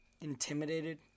intimidated